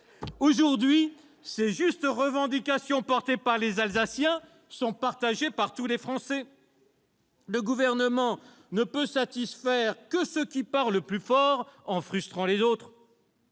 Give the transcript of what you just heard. Aujourd'hui, ces justes revendications relayées par les Alsaciens sont partagées par tous les Français. Le Gouvernement ne peut satisfaire seulement ceux qui parlent plus fort en frustrant les autres.